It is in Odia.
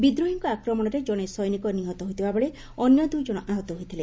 ବିଦ୍ରୋହୀଙ୍କ ଆକ୍ରମଣରେ ଜଣେ ସୈନିକ ନିହତ ହୋଇଥିବାବେଳେ ଅନ୍ୟ ଦ୍ରଇଜଣ ଆହତ ହୋଇଥିଲେ